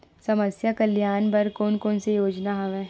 समस्या कल्याण बर कोन कोन से योजना हवय?